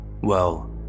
Well